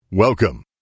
Welcome